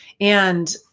And-